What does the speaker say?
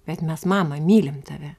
bet mes mama mylim tave